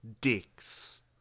dicks